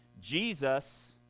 Jesus